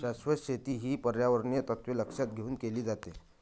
शाश्वत शेती ही पर्यावरणीय तत्त्वे लक्षात घेऊन केली जाते